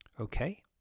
okay